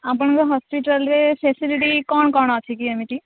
ଆପଣଙ୍କ ହସ୍ପିଟାଲରେ ଫ୍ୟାସିଲିଟି କ'ଣ କ'ଣ ଅଛି କି ଏମିତି